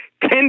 Ten